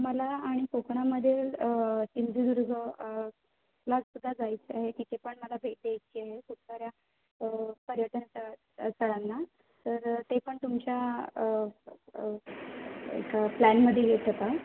मला आणि कोकणामध्ये सिंधुदुर्ग ला सुद्धा जायचं आहे तिथे पण मला भेटायची आहे खूप साऱ्या पर्यटन स्थळ स्थळांना तर ते पण तुमच्या एका प्लॅनमध्ये येतं का